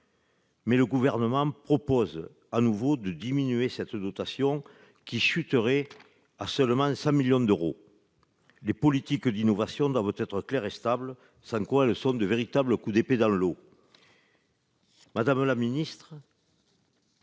le Gouvernement propose de nouveau de diminuer cette dotation, qui chuterait à 100 millions d'euros. Les politiques d'innovation doivent être claires et stables, sans quoi elles s'apparentent à de véritables coups d'épée dans l'eau. Madame la ministre,